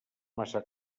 massa